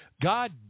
God